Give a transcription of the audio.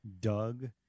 Doug